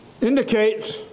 indicates